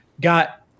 got